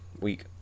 week